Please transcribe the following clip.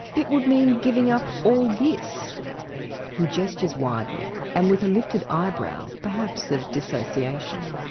it would mean giving up all this he gestures widely, and with a lifted eyebrow perhaps of dissociation,